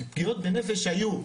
פגיעות בנפש היו,